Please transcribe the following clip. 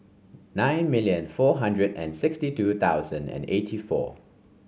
nine million four hundred and sixty two thousand and eighty four